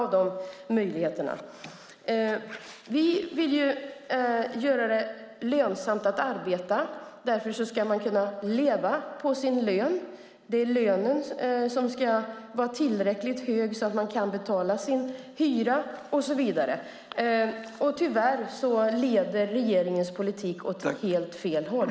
Vi vill göra det lönsamt att arbeta därför att man ska kunna leva på sin lön. Lönen ska vara tillräckligt hög för att man ska kunna betala sin hyra och så vidare. Tyvärr leder regeringens politik åt helt fel håll.